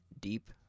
deep